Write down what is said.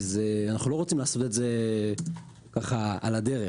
ואנחנו לא רוצים לעשות את ככה על הדרך.